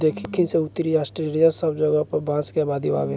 दखिन से उत्तरी ऑस्ट्रेलिआ सब जगह पर बांस के आबादी बावे